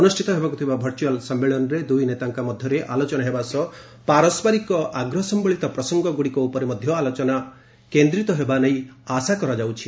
ଅନୁଷ୍ଠିତ ହେବାକୁ ଥିବା ଭର୍ଚୁଆଲ ସମ୍ମିଳନୀରେ ଦୁଇ ନେତାଙ୍କ ମଧ୍ୟରେ ଆଲୋଚନା ହେବା ସହ ପାରସ୍କରିକ ଆଗ୍ରହ ସମ୍ପଳିତ ପ୍ରସଙ୍ଗ ଗୁଡ଼ିକ ଉପରେ ମଧ୍ୟ ଆଲୋଚନା କେନ୍ଦ୍ରିତ ହେବା ନେଇ ଆଶା କରାଯାଉଛି